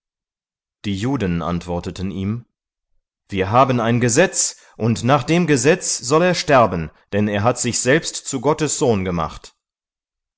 die juden antworteten ihm wir haben ein gesetz und nach dem gesetz soll er sterben denn er hat sich selbst zu gottes sohn gemacht